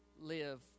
live